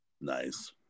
nice